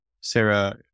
Sarah